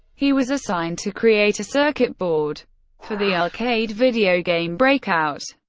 he was assigned to create a circuit board for the arcade video game breakout.